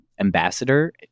ambassador